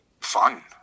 fun